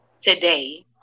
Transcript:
today